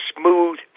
smooth